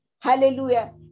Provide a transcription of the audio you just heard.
hallelujah